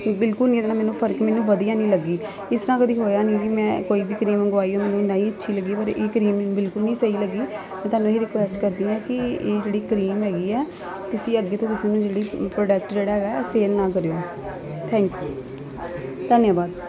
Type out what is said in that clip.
ਬਿਲਕੁਲ ਨੀ ਇਹਦੇ ਨਾ ਮੈਨੂੰ ਫ਼ਰਕ ਮੈਨੂੰ ਵਧੀਆ ਨਹੀਂ ਲੱਗੀ ਇਸ ਤਰ੍ਹਾਂ ਕਦੇ ਹੋਇਆ ਨਹੀਂ ਵੀ ਮੈਂ ਕੋਈ ਵੀ ਕਰੀਮ ਮੰਗਵਾਈ ਔਰ ਮੈਨੂੰ ਨਹੀਂ ਅੱਛੀ ਲੱਗੀ ਪਰ ਇਹ ਕਰੀਮ ਬਿਲਕੁਲ ਨਹੀਂ ਸਹੀ ਲੱਗੀ ਮੈਂ ਤੁਹਾਨੂੰ ਇਹ ਰਿਕੁਐਸਟ ਕਰਦੀ ਹਾਂ ਕਿ ਇਹ ਜਿਹੜੀ ਕਰੀਮ ਹੈਗੀ ਆ ਤੁਸੀਂ ਅੱਗੇ ਤੋਂ ਕਿਸੇ ਨੂੰ ਜਿਹੜੀ ਪ੍ਰੋਡਕਟ ਜਿਹੜਾ ਹੈਗਾ ਸੇਲ ਨਾ ਕਰਿਓ ਥੈਂਕ ਯੂ ਧੰਨਵਾਦ